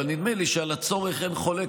אבל נדמה לי שעל הצורך אין חולק.